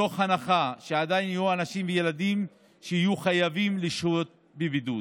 מתוך הנחה שעדיין יהיו אנשים וילדים שיהיו חייבים לשהות בבידוד.